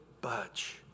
budge